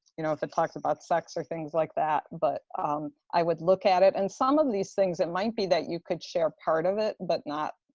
you know, if it talks about sex or things like that. but i would look at it and some of these things, it might be that you could share part of it. but not,